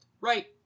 Right